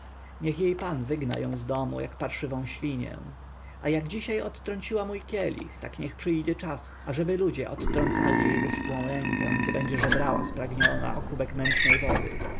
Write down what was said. niech jej pan wygna ją z domu jak parszywą świnię a jak dzisiaj odtrąciła mój kielich tak niech przyjdzie czas ażeby ludzie odtrącali jej wyschłą rękę gdy będzie żebrała spragniona o kubek mętnej wody